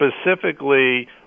specifically